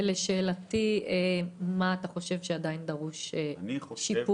ולשאלתי, מה אתה חושב שעדיין מצריך שיפור.